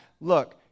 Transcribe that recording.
Look